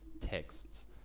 Texts